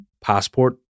passport